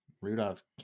Rudolph